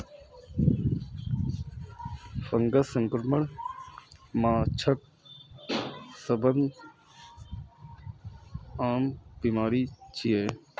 fungus संक्रमण माछक सबसं आम बीमारी छियै